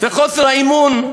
וחוסר האמון,